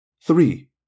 three